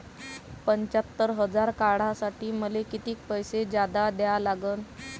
पंच्यात्तर हजार काढासाठी मले कितीक पैसे जादा द्या लागन?